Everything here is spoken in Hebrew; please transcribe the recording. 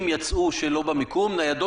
כשאתם מבטיחים כרגע שלא יהיה שימוש בלתי ראוי,